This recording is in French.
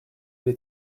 les